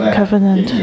covenant